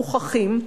מוכחים,